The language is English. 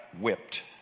whipped